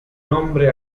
nombre